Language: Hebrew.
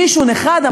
מישהו נחרד.